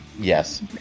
Yes